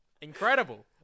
Incredible